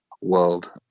world